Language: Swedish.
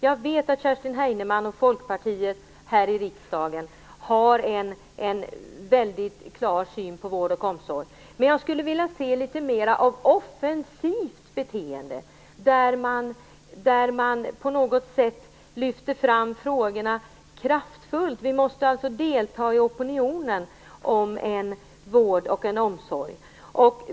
Jag vet att Kerstin Heinemann och Folkpartiet här i riksdagen har en väldigt klar syn på vård och omsorg, men jag skulle vilja se litet mera av offensivt beteende där man lyfter fram frågorna kraftfullt. Vi måste delta i opinionen om vård och omsorg.